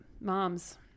moms